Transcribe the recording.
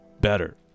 better